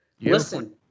Listen